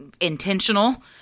intentional